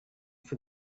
for